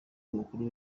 umukuru